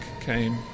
came